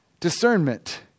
discernment